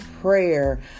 prayer